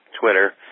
Twitter